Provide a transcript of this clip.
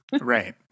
Right